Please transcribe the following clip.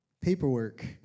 paperwork